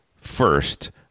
first